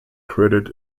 credit